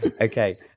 Okay